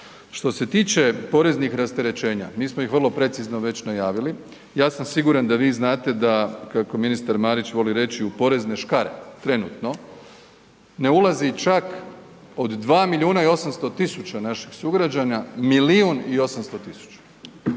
Što se tiče poreznih rasterećenja, mi smo ih vrlo precizno već najavili. Ja sam siguran da vi znate da kako ministar Marić voli reći, u porezne škare trenutno ne ulazi čak od 2 800 000 naših sugrađana 1 800 000.